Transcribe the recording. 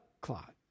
clot